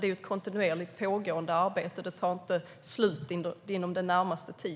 Det är ett kontinuerligt pågående arbete som inte tar slut inom den närmaste tiden.